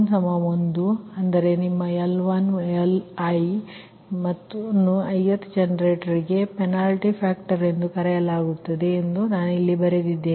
ಆದ್ದರಿಂದ ಆದರೆ L11 ಅಂದರೆ ನಿಮ್ಮ L1 Liನ್ನು ithಜನರೇಟರ್ಗೆ ಪೆನಾಲ್ಟಿ ಫ್ಯಾಕ್ಟರ್ ಎಂದು ಕರೆಯಲಾಗುತ್ತದೆ ಎಂದು ನಾನು ಇಲ್ಲಿ ಬರೆದಿದ್ದೇನೆ